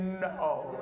no